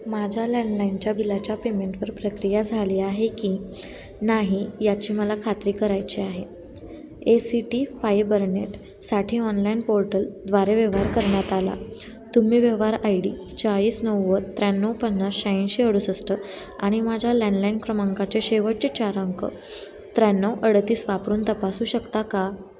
माझ्या लँडलाईनच्या बिलाच्या पेमेंटवर प्रक्रिया झाली आहे की नाही याची मला खात्री करायची आहे ए सी टी फायबरनेटसाठी ऑनलाईन पोर्टलद्वारे व्यवहार करण्यात आला तुम्ही व्यवहार आय डी चाळीस नव्वद त्र्याण्णव पन्नास शहाऐंशी अडुसष्ट आणि माझ्या लॅनलाईन क्रमांकाचे शेवटचे चार अंक त्र्याण्णव अडतीस वापरून तपासू शकता का